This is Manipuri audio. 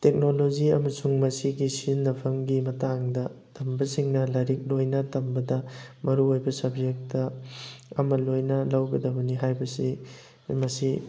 ꯇꯦꯛꯅꯣꯂꯣꯖꯤ ꯑꯃꯁꯨꯡ ꯃꯁꯤꯒꯤ ꯁꯤꯖꯤꯟꯅꯐꯝꯒꯤ ꯃꯇꯥꯡꯗ ꯊꯝꯕꯁꯤꯡꯅ ꯂꯥꯏꯔꯤꯛ ꯂꯣꯏꯅ ꯇꯝꯕꯗ ꯃꯔꯨꯑꯣꯏꯕ ꯁꯕꯖꯦꯛꯇ ꯑꯃ ꯂꯣꯏꯅ ꯂꯧꯒꯗꯕꯅꯤ ꯍꯥꯏꯕꯁꯤ ꯃꯁꯤ